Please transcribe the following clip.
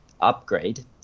Upgrade